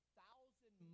thousand